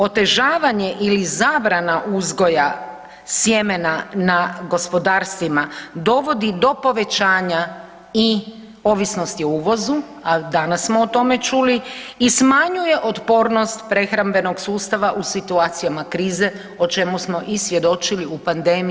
Otežavanje ili zabrana uzgoja sjemena na gospodarstvima dovodi do povećanja i ovisnosti o uvozu, a danas smo o tome čuli, i smanjuje otpornost prehrambenog sustava u situacijama krize, o čemu smo i svjedočili u pandemiji.